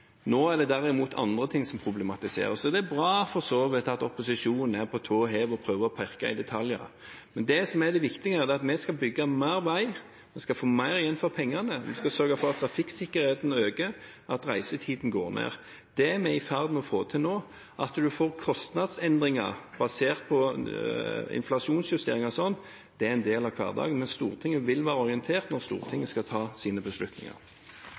Nå er det derimot andre ting som problematiseres. Det er for så vidt bra at opposisjonen er på tå hev og prøver å pirke i detaljer her, men det viktige er at vi skal bygge mer vei, få mer igjen for pengene, sørge for at trafikksikkerheten øker, og at reisetiden går ned. Det er vi i ferd med å få til nå. At en får kostnadsendringer basert på inflasjonsjusteringer og sånt, er en del av hverdagen, men Stortinget vil være orientert når Stortinget skal ta sine beslutninger.